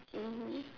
mmhmm